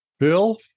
Bill